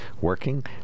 working